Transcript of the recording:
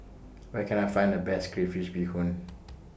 Where Can I Find The Best Crayfish Beehoon